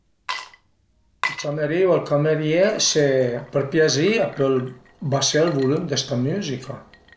I ciamerìu al camerié së për piazì a pöl basé ël vulüm dë sta müzica